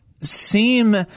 seem